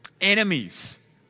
Enemies